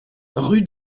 rue